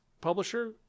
publisher